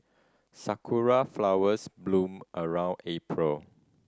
sakura flowers bloom around April